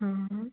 हाँ हाँ